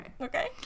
Okay